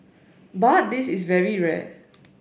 but this is very rare